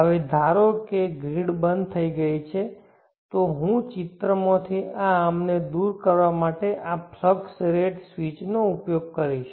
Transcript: હવે ધારો કે ગ્રીડ બંધ થઈ ગઈ છે તો હું ચિત્રમાંથી આ આર્મ ને દૂર કરવા માટે આ ફ્લક્સ રેટ સ્વીચનો ઉપયોગ કરીશ